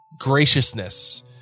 graciousness